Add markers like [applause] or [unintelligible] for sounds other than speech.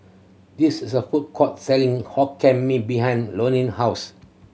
this is a food court selling Hokkien Mee behind [unintelligible] house